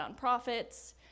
nonprofits